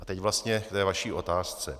A teď vlastně k vaší otázce.